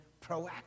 proactive